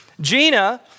Gina